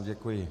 Děkuji.